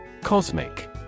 Cosmic